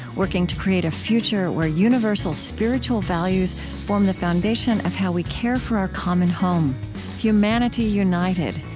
working to create a future where universal spiritual values form the foundation of how we care for our common home humanity united,